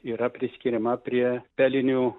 yra priskiriama prie pelinių